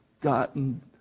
gotten